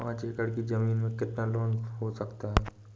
पाँच एकड़ की ज़मीन में कितना लोन हो सकता है?